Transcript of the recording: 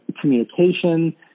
communication